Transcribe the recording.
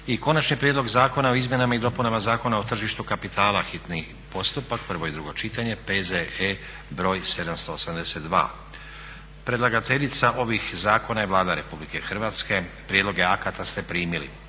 - Konačni prijedlog zakona o izmjenama i dopunama Zakona o tržištu kapitala, hitni postupak, prvo i drugo čitanje, P.Z.E. br. 782. Predlagateljica ovih zakona je Vlada RH. Prijedloge akata ste primili.